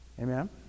Amen